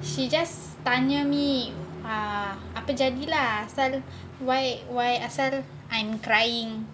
she just tanya me ah apa jadi lah then why why asal I'm crying